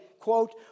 Quote